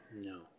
No